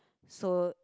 so